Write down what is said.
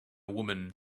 woman